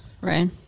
Right